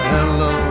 Hello